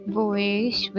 voice